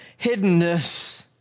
hiddenness